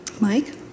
Mike